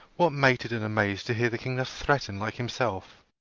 what, mated and amaz'd to hear the king thus threaten like himself!